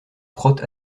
prote